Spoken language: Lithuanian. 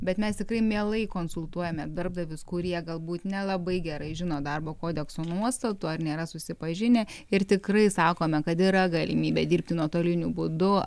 bet mes tikrai mielai konsultuojame darbdavius kurie galbūt nelabai gerai žino darbo kodekso nuostatų ar nėra susipažinę ir tikrai sakome kad yra galimybė dirbti nuotoliniu būdu